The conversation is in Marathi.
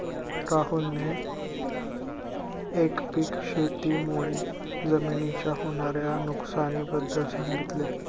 राहुलने एकपीक शेती मुळे जमिनीच्या होणार्या नुकसानी बद्दल सांगितले